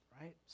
right